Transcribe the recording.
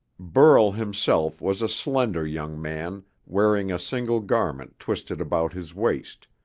burl himself was a slender young man wearing a single garment twisted about his waist,